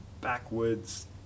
backwoods